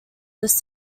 this